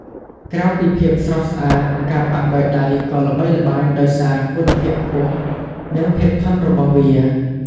ក្រៅពីភាពស្រស់ស្អាត ការប៉ាក់ដោយដៃក៏ល្បីល្បាញដោយសារ គុណភាពខ្ពស់ និង ភាពធន់ របស់វា។